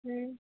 હમ્મ